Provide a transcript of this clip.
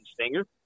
stinger